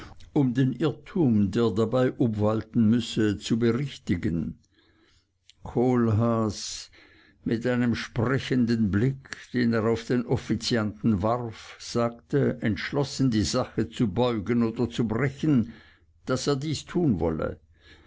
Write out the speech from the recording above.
um den irrtum der dabei obwalten müsse zu berichtigen kohlhaas mit einem sprechenden blick den er auf den offizianten warf sagte entschlossen die sache zu beugen oder zu brechen daß er dies tun wolle